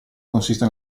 consiste